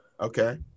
okay